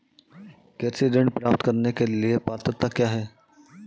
कृषि ऋण प्राप्त करने की पात्रता क्या है?